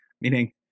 meaning